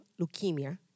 leukemia